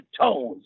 tones